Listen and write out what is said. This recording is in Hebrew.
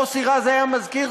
מוסי רז היה מזכיר